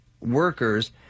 workers